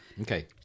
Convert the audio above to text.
Okay